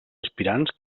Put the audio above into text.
aspirants